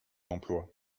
emplois